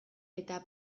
eta